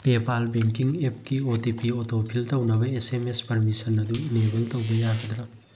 ꯄꯦ ꯄꯥꯜ banking ꯑꯦꯞꯀꯤ O T P auto fill ꯇꯧꯅꯕ S M S permission ꯑꯗꯨ enable ꯇꯧꯕ ꯌꯥꯒꯗ꯭ꯔꯥ